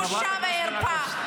בושה וחרפה.